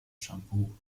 shampoo